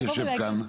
אני יושב כאן,